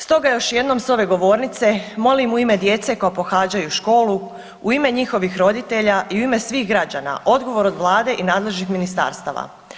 Stoga još jednom s ove govornice molim u ime djece koja pohađaju školu, u ime njihovih roditelja i u ime svih građana odgovor od Vlade i nadležnih ministarstava.